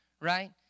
right